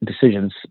decisions